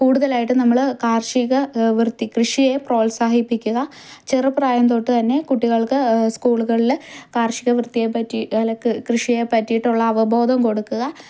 കൂടുതലായിട്ട് നമ്മൾ കാർഷിക വൃത്തി കൃഷിയെ പ്രോത്സാഹിപ്പിക്കുക ചെറുപ്രായം തൊട്ട് തന്നെ കുട്ടികൾക്ക് സ്കൂളുകളിൽ കാർഷിക വൃത്തിയെപ്പറ്റി അല്ല കൃഷിയെ പറ്റിയിട്ടുള്ള അവബോധം കൊടുക്കുക